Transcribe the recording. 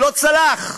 לא צלח,